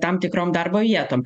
tam tikrom darbo vietom